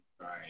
Right